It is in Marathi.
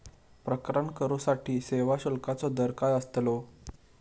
प्रकरण करूसाठी सेवा शुल्काचो दर काय अस्तलो?